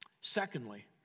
Secondly